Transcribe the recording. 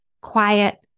quiet